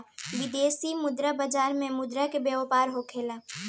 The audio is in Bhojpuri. विदेशी मुद्रा बाजार में मुद्रा के व्यापार होखेला